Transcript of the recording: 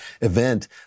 event